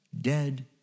dead